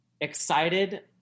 excited